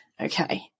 Okay